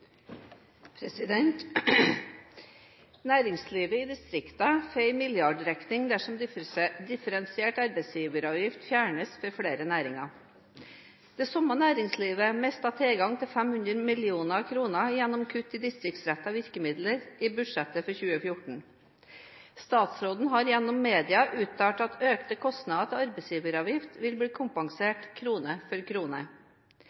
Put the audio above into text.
samme næringslivet mistet tilgang til ca. 500 mill. kr gjennom kutt i distriktsrettede virkemidler i budsjettet for 2014. Statsråden har gjennom media uttalt at økte kostnader til arbeidsgiveravgift vil bli kompensert krone